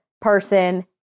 person